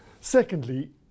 Secondly